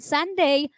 Sunday